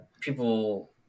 people